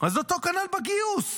אז אותו כנ"ל בגיוס,